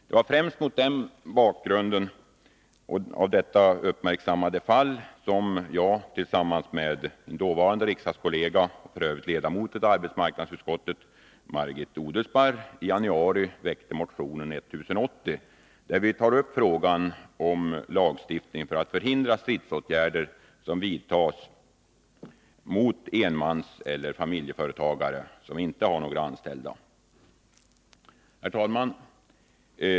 Det var främst mot bakgrund av detta uppmärksammade fall som jag tillsammans med min dåvarande riksdagskollega och f.ö. ledamot av arbetsmarknadsutskottet, Margit Odelsparr, i januari väckte motionen 1080, där vi tar upp frågan om lagstiftning för att förhindra att stridsåtgärder vidtas mot enmanseller familjeföretagare, som ej har några anställda. Herr talman!